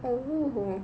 oh